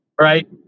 right